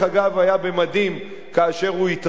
היה במדים כאשר הוא התראיין.